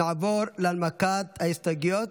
נעבור להנמקת ההסתייגויות.